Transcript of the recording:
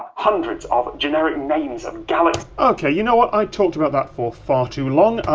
hundreds of generic names of galaxies okay, you know what? i talked about that for far too long.